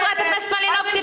חברת הכנסת מלינובסקי.